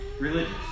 religious